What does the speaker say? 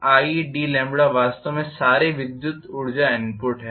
idλ वास्तव में सारी विद्युत ऊर्जा इनपुट है